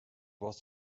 was